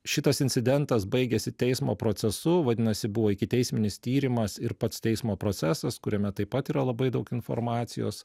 šitas incidentas baigėsi teismo procesu vadinasi buvo ikiteisminis tyrimas ir pats teismo procesas kuriame taip pat yra labai daug informacijos